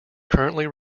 currently